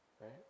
Right